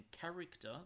character